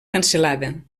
cancel·lada